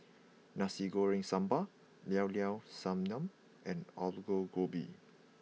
Nasi Goreng Sambal Llao Llao Sanum and Aloo Gobi